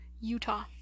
Utah